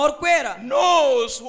knows